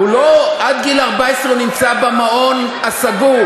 עד גיל 14 הוא נמצא במעון סגור.